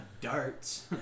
Darts